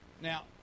Now